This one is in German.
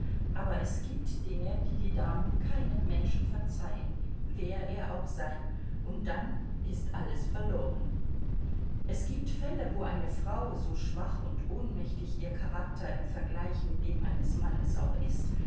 aber es gibt dinge die die damen keinem menschen verzeihen wer er auch sei und dann ist alles verloren es gibt fälle wo eine frau so schwach und ohnmächtig ihr charakter im vergleich mit dem eines mannes auch ist